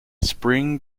spring